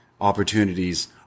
opportunities